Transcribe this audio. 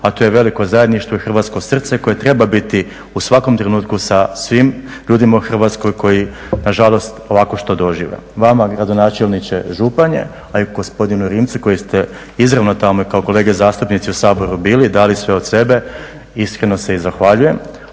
a to je veliko zajedništvo i hrvatsko srce koje treba biti u svakom trenutku sa svim ljudima u Hrvatskoj koji nažalost ovako što dožive. Vama gradonačelniče Županje, a i gospodinu Rimcu, koji ste izravno tamo kao i kolege zastupnici u Saboru bili, dali sve od sebe, iskreno se i zahvaljujem,